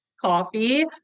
coffee